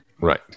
Right